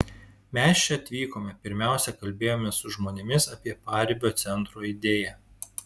mes čia atvykome pirmiausia kalbėjomės su žmonėmis apie paribio centro idėją